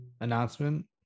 announcement